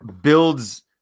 builds